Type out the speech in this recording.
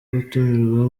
gutumirwa